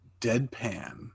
deadpan